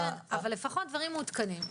כן, אבל לפחות דברים מעודכנים.